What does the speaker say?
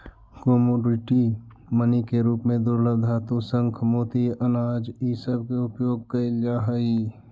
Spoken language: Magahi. कमोडिटी मनी के रूप में दुर्लभ धातु शंख मोती अनाज इ सब के उपयोग कईल जा हई